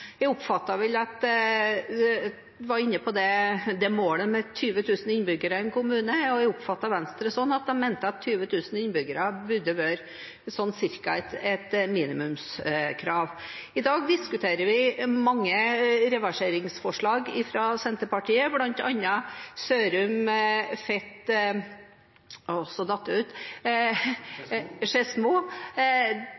Jeg oppfattet vel at han var inne på målet om 20 000 innbyggere i en kommune, og jeg oppfattet Venstre sånn at de mente at sånn cirka 20 000 innbyggere burde være et minimumskrav. I dag diskuterer vi mange reverseringsforslag fra Senterpartiet, bl.a. Sørum, Fet